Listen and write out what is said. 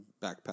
backpack